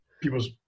people's